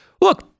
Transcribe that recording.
look